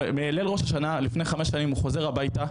מליל ראש השנה לפני חמש שנים הוא חוזר הביתה,